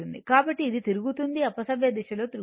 కాబట్టి ఇది తిరుగుతుంది అపసవ్య దిశ లో తిరుగుతుంది